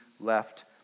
left